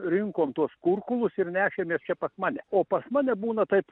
rinkom tuos kurkulus ir nešėmės čia pas mane o pas mane būna taip